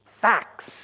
facts